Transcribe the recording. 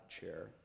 chair